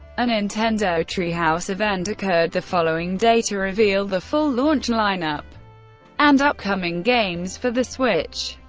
a nintendo treehouse event occurred the following day to reveal the full launch lineup and upcoming games for the switch.